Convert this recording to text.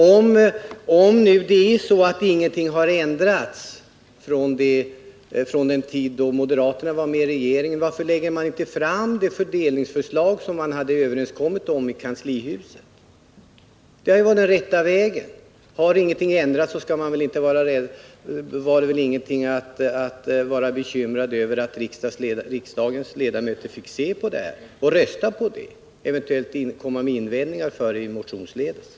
Om ingenting har ändrats från den tid moderaterna var med i regeringen, varför framläggs då inte det fördelningsförslag man kommit överens om i kanslihuset? Det hade varit den rätta vägen. Om inget har ändrats behöver man inte vara bekymrad över att riksdagens ledamöter får titta på förslaget, rösta om det och eventuellt komma med invändningar motionsledes.